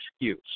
excuse